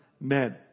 men